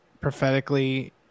prophetically